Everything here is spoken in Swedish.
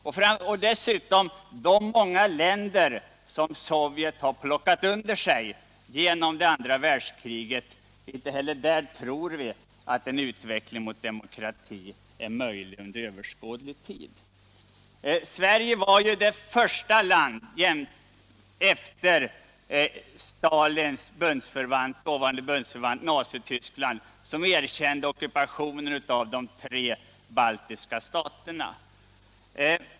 Inte heller i de många länder som Sovjet har lagt under sig i andra världskriget tror vi att det är möjligt att införa demokrati under överskådlig tid. Sverige var ju det första land efter Stalins dåvarande bundsförvant, Nazityskland, som erkände ockupationen av de tre baltiska staterna.